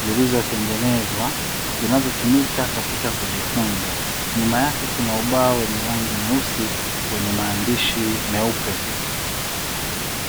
zilizotengezwa na zinazotumika katika kujifunza. Nyuma yake kuna ubao wenye rangi nyeusi wenye maandishi meupe.